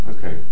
Okay